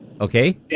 Okay